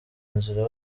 nzira